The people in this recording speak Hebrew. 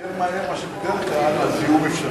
שמו מתקנים שיתריעו יותר מהר ממה שבדרך כלל על זיהום אפשרי.